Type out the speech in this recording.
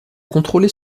contrôler